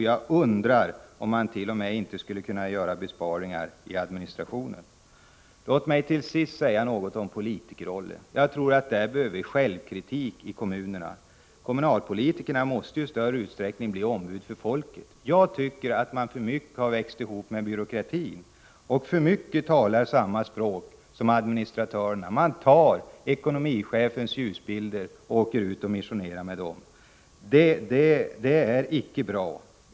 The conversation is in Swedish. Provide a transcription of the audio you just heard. Jag undrar om man intet.o.m. skulle kunna göra besparingar i administrationen. Till sist vill jag säga något om politikerrollen. Jag tror att vi behöver självkritik i kommunerna. Kommunalpolitikerna måste i större utsträckning bli ombud för folket. De har för mycket växt ihop med byråkratin och talar i alltför hög grad samma språk som administratörerna. Man tar ekonomichefens ljusbilder och åker ut och missionerar med dem. Det är icke bra.